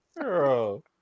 girl